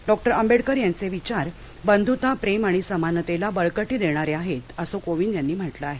doctor Ambedkar यांचे विचार बंधुता प्रेम आणि समानतेला बळकटी देणारे आहेत असं कोविंद यांनी म्हटलं आहे